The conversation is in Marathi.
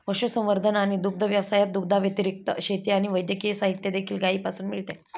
पशुसंवर्धन आणि दुग्ध व्यवसायात, दुधाव्यतिरिक्त, शेती आणि वैद्यकीय साहित्य देखील गायीपासून मिळते